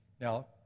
Now